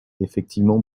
effectivement